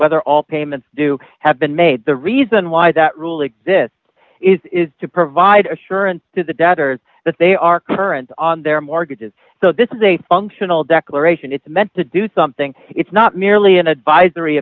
whether all payments do have been made the reason why that rule exists is to provide assurance to the debtors that they are current on their mortgages so this is a functional declaration it's meant to do something it's not merely an advisory